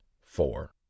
four